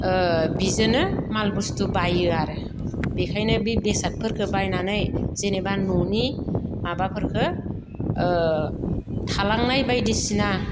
बेजोंनो माल बुस्थु बायो आरो बेनिखायनो बि बेसादफोरखौ बायनानै जेनेबा न'नि माबाफोरखौ थालांनाय बायदिसिना